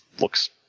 looks